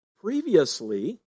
Previously